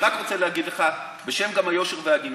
אני רק רוצה להגיד לך, גם בשם היושר וההגינות: